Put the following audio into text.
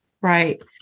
Right